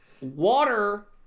water